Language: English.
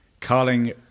Carling